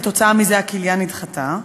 וכתוצאה מזה הכליה נדחתה.